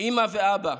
אימא ואבא,